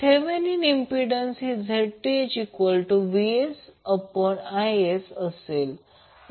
Thevenin impedance ही ZThVsIs